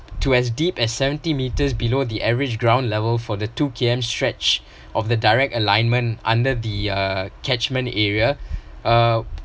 to as deep as seventy metres below the average ground level for the two K_M stretch of the direct alignment under the uh catchment area uh